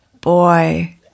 boy